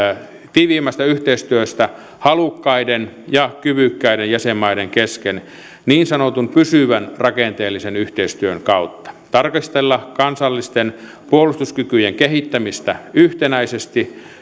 tiiviimmästä yhteistyöstä halukkaiden ja kyvykkäiden jäsenmaiden kesken niin sanotun pysyvän rakenteellisen yhteistyön kautta tarkastella kansallisten puolustuskykyjen kehittämistä yhtenäisesti